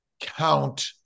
count